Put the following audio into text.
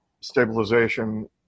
stabilization